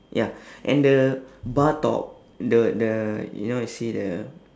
ya and the bar top the the you know you see the